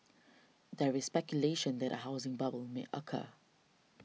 there is speculation that a housing bubble may occur